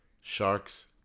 Sharks